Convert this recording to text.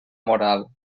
moral